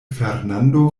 fernando